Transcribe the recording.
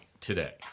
today